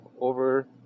over